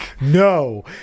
No